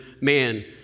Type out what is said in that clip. man